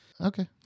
Okay